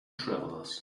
travelers